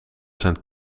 zijn